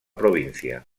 provincia